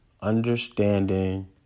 Understanding